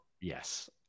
yes